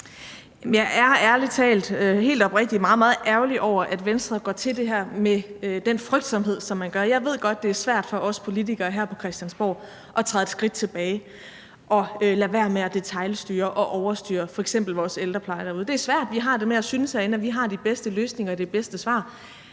meget ærgerlig over, at Venstre går til det her med den frygtsomhed, som man gør. Jeg ved godt, at det er svært for os politikere her på Christiansborg at træde et skridt tilbage og lade være med at detailstyre og overstyre f.eks. vores ældrepleje derude. Det er svært. Vi har det med at synes herinde, at vi har de bedste løsninger og de bedste svar.